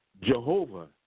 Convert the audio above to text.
Jehovah